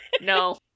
No